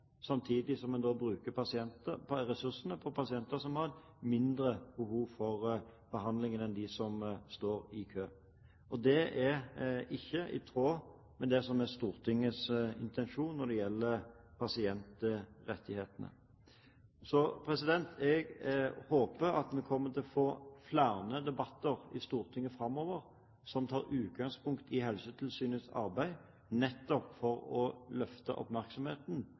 samtidig som en bruker ressurser på pasienter som har mindre behov for behandling enn dem som står i kø. Det er ikke i tråd med det som er Stortingets intensjon når det gjelder pasientrettigheter. Jeg håper at vi framover kommer til å få flere debatter i Stortinget som tar utgangspunkt i Helsetilsynets arbeid, nettopp for å løfte oppmerksomheten